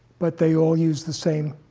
but they all use the same